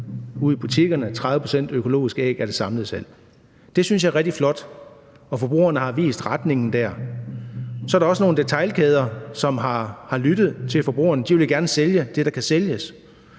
ude i butikkerne er økologiske æg. Det synes jeg er rigtig flot. Forbrugerne har vist retningen der, og så er der nogle detailkæder, som har lyttet til forbrugerne. De vil gerne sælge det, der kan sælges,